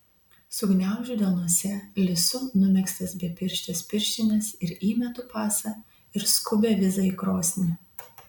sugniaužiu delnuose lisu numegztas bepirštes pirštines ir įmetu pasą ir skubią vizą į krosnį